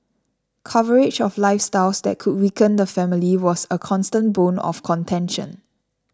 coverage of lifestyles that could weaken the family was a constant bone of contention